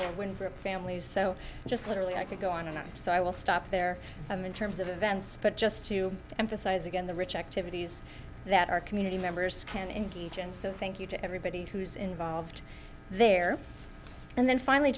wind group families so just literally i could go on and on so i will stop there i'm in terms of events but just to emphasize again the rich activities that our community members can engage in so thank you to everybody who's involved there and then finally